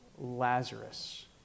Lazarus